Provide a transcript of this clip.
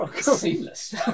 Seamless